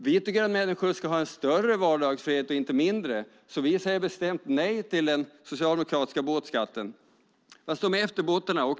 Vi tycker att människor ska ha större vardagsfrihet, inte mindre, så vi säger bestämt nej till den socialdemokratiska båtskatten. De är ute efter båtarna.